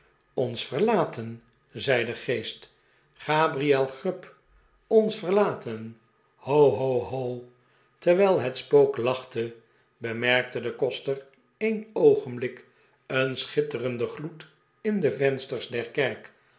ons verlaten zei de geest gabriel grub ons verlaten ho ho ho terwijl het spook lachte bemerkte de koster een oogenblik een schitterenden gloed in de vensters der kerk